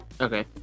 Okay